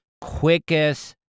quickest